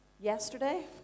Yesterday